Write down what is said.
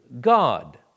God